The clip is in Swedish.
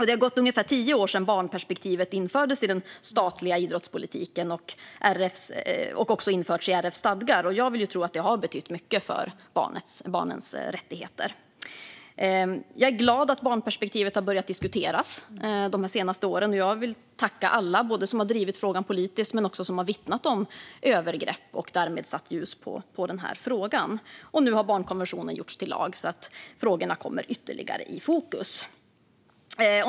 Det har gått ungefär tio år sedan barnperspektivet infördes i den statliga idrottspolitiken, och det har också införts i RF:s stadgar. Jag vill tro att det har betytt mycket för barnens rättigheter. Jag är glad över att barnperspektivet har börjat diskuteras de senaste åren, och jag vill tacka alla som har drivit frågan politiskt och alla som har vittnat om övergrepp och därmed satt ljus på denna fråga. Nu har barnkonventionen gjorts till lag, så att frågorna kommer ytterligare i fokus.